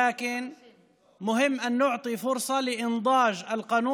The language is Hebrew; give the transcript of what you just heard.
אבל חשוב שניתן הזדמנות להשלים את החוק